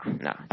no